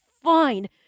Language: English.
fine